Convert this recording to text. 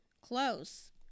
close